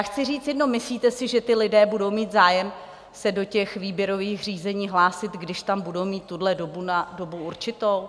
Chci říct jediné: myslíte si, že ti lidé budou mít zájem se do těch výběrových řízení hlásit, když tam budou mít tuhle dobu na dobu určitou?